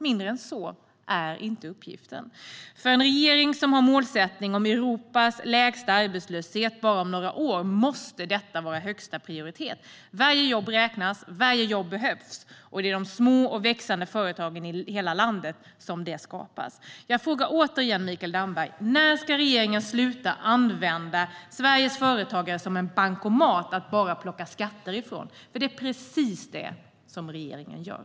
Mindre än så är inte uppgiften. För en regering som har som målsättning att vi ska ha Europas lägsta arbetslöshet om bara några år måste detta vara högsta prioritet. Varje jobb räknas, varje jobb behövs, och det är i de små och växande företagen i hela landet som de skapas. Jag frågar återigen Mikael Damberg: När ska regeringen sluta använda Sveriges företagare som en bankomat att bara plocka skatter från? Det är precis det som regeringen gör.